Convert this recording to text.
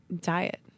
diet